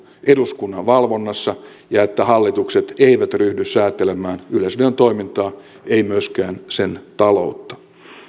eduskunnan valvonnassa ja että hallitukset eivät ryhdy säätelemään yleisradion toimintaa eivät myöskään sen taloutta